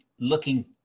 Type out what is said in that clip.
looking